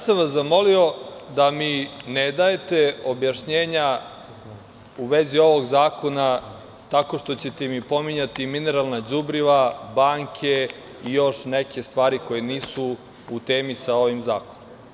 Zamolio sam vas da mi ne dajete objašnjenja u vezi ovog zakona tako što ćete mi pominjati mineralna đubriva, banke i još neke stvari koje nisu u temi sa ovim zakonom.